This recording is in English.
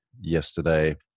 yesterday